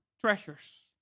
treasures